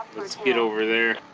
let's get over there